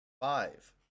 five